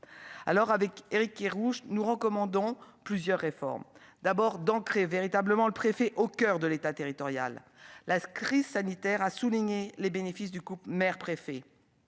alors avec Éric Kerrouche nous recommandons plusieurs réformes d'abord d'entrer véritablement le préfet au coeur de l'État territorial la crise sanitaire a souligné les bénéfices du groupe: maire, préfet,